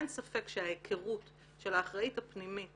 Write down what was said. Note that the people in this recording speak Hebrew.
אין ספק שההיכרות של האחראית הפנימית